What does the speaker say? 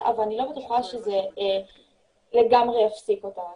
אבל אני לא בטוחה שזה לגמרי יפסיק אותה,